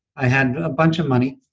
i had a bunch of money,